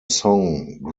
song